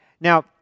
Now